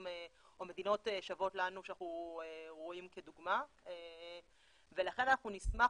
או מדינות שוות לנו שאנחנו רואים כדוגמה ולכן אנחנו נשמח